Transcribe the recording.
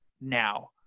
now